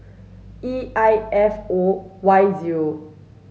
E I F O Y zero